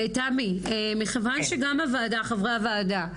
גם חברי הוועדה,